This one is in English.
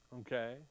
okay